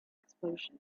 explosion